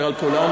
שעל כולנו,